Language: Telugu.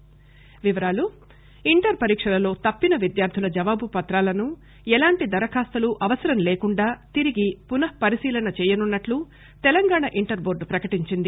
internee duet board inter పరీక్షలలో తప్పిన విద్యార్థుల జవాబు పత్రాలను ఎలాంటి దరఖాస్తులు అవసరం లేకుండా తిరిగి పునఃపరిశీలన చేయనున్నట్లు తెలంగాణ ఇంటర్ బోర్గు ప్రకటించింది